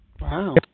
Wow